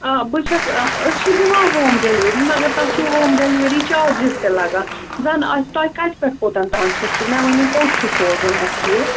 آ بہٕ چھَس أسۍ چھِ دِوان ہوم ڈِیلؤری مگر تۄہہِ چھُو ہوم ڈیلِؤری چارجِز تہِ لَگان زَن آسہِ تۄہہِ کَتہِ پٮ۪ٹھ کوٚتَن تانۍ چھُ سُہ مےٚ ؤنِو کوٚت چھُ سوزُن اَسہِ یہِ